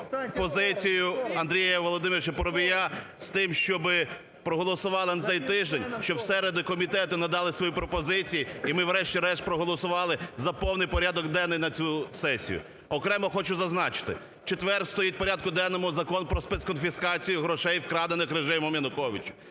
позицію Андрія Володимировича Парубія з тим, щоби проголосували на цей тиждень, щоб в середу комітети надали свої пропозиції, і ми врешті-решт проголосували за повний порядок денний на цю сесію. Окремо хочу зазначити, в четвер стоїть в порядку денному Закон про спецконфіскацію грошей, вкрадених режимом Януковича.